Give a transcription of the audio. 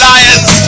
Lions